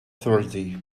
thursday